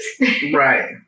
Right